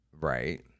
Right